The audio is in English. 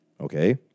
Okay